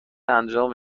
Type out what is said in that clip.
انجام